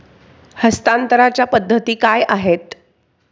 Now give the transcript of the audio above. हस्तांतरणाच्या पद्धती काय आहेत?